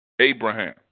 Abraham